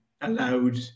allowed